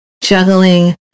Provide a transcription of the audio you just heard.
juggling